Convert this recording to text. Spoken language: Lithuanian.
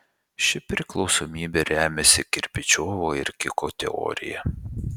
ši priklausomybė remiasi kirpičiovo ir kiko teorija